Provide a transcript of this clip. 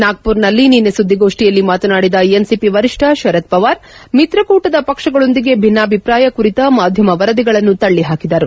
ನಾಗ್ವುರ್ನಲ್ಲಿ ನಿನ್ನೆ ಸುದ್ಲಿಗೋಷ್ನಿಯಲ್ಲಿ ಮಾತನಾಡಿದ ಎನ್ಸಿಪಿ ವರಿಷ್ನ ಶರದ್ ಪವಾರ್ ಮಿತ್ರಕೂಟದ ಪಕ್ಷಗಳೊಂದಿಗೆ ಭಿನ್ನಾಭಿಪ್ರಾಯ ಕುರಿತ ಮಾಧ್ಯಮ ವರದಿಗಳನ್ನು ತಳ್ಳಹಾಕಿದರು